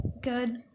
Good